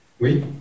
Oui